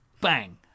bang